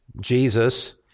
Jesus